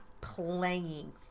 playing